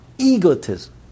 Egotism